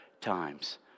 times